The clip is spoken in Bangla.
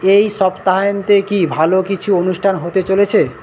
এই সপ্তাহান্তে কি ভালো কিছু অনুষ্ঠান হতে চলেছে